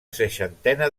seixantena